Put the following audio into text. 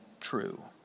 true